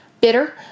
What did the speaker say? bitter